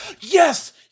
yes